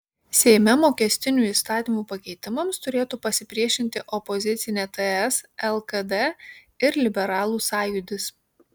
seime mokestinių įstatymų pakeitimams turėtų pasipriešinti opozicinė ts lkd ir liberalų sąjūdis